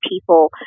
people